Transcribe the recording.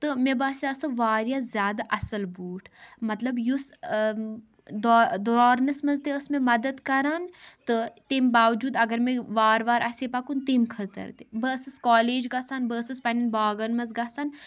تہٕ مےٚ باسیٚو سُہ واریاہ زیادٕ اصٕل بوٗٹھ مطلب یُس دورنس منٛز تہِ ٲس مےٚ مدد کران تہٕ تَمہِ باوٚوجوٗد اگر مےٚ وارٕ وارٕ آسہِ ہے پکُن تَمہِ خٲطرٕ تہِ بہٕ ٲسٕس کولیج گژھان بہٕ ٲسٕس پننٮ۪ن باغن منٛز گژھان